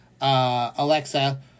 Alexa